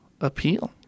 appeal